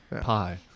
pie